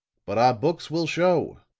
but our books will show,